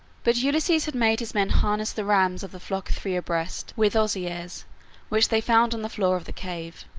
but ulysses had made his men harness the rams of the flock three abreast, with osiers which they found on the floor of the cave.